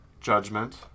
judgment